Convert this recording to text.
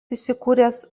įsikūręs